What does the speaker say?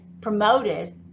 promoted